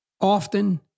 Often